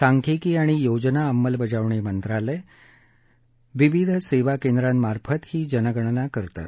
सांख्यिकी आणि योजना अंमलबजावणी मंत्रालय सेवा केंद्रामार्फत ही जनगणना करतं